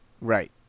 Right